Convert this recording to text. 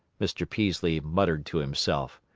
mr. peaslee muttered to himself.